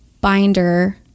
binder